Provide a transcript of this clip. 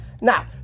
now